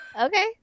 okay